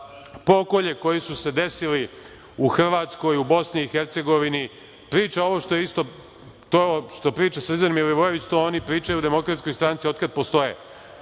za pokolje koji su se desili u Hrvatskoj, u Bosni i Hercegovini, priča ovo isto što priča Srđan Milivojević, to oni pričaju u Demokratskoj stranci od kad postoje,